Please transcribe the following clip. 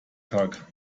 tag